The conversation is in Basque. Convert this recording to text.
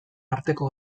arteko